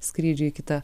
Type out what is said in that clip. skrydžiui į kitą